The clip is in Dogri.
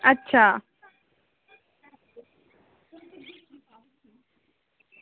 अच्छा